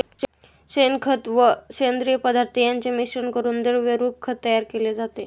शेणखत व सेंद्रिय पदार्थ यांचे मिश्रण करून द्रवरूप खत तयार केले जाते